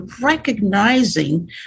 recognizing